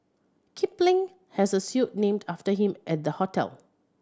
kipling has a suite named after him at the hotel